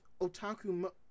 Otaku